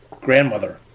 grandmother